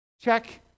Check